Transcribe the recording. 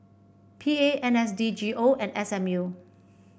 P A N S D G O and S M U